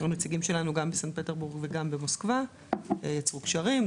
עם הנציגים שלנו גם בסנט פטרבורג וגם במוסקבה שיצרו קשרים,